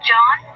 John